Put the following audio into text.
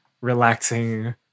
relaxing